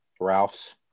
Ralph's